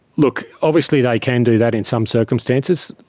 look, obviously they can do that in some circumstances.